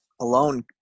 alone